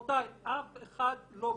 רבותיי, אף אחד לא בודק.